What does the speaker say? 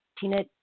Tina